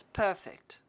perfect